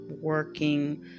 working